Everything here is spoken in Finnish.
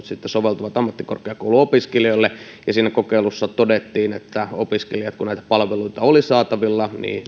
sitten soveltuvat ammattikorkeakouluopiskelijoille ja siinä kokeilussa todettiin että opiskelijat kun näitä palveluita oli saatavilla